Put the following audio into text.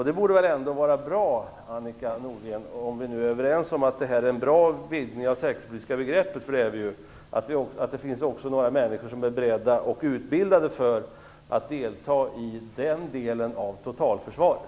Det borde väl ändå vara bra, Annika Nordgren, om vi nu är överens om att det här är en bra vidgning av det säkerhetspolitiska begreppet - och det är vi - att det också finns några människor som är beredda och utbildade för att delta i den delen av totalförsvaret.